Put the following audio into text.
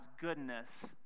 goodness